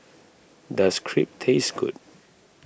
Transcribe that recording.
does Crepe taste good